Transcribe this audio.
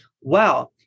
wow